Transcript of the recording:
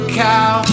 cow